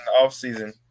offseason